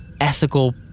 ethical